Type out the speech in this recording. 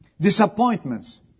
Disappointments